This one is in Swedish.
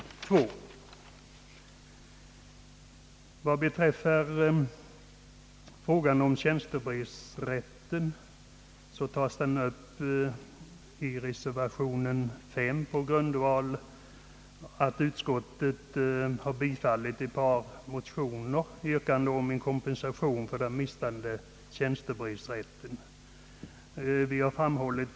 I reservation 5 behandlas frågan om tjänstebrevsrätten med anledning av att utskottet har biträtt motionsyrkande om kompensation för den mistade rätten i detta avseende.